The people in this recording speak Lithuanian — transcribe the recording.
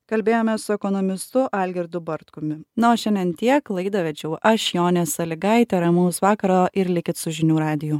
kalbėjome su ekonomistu algirdu bartkumi na o šiandien tiek laidą vedžiau aš jonė sąlygaitė ramaus vakaro ir likit su žinių radiju